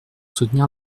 soutenir